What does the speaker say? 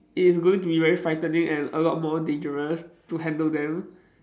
it's going to be very frightening and a lot more dangerous to handle them